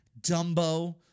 Dumbo